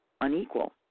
unequal